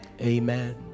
Amen